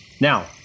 Now